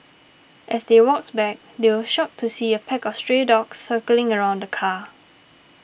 as they walked back they were shocked to see a pack of stray dogs circling around the car